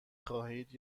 خواهید